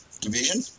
division